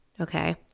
Okay